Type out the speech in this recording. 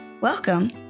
Welcome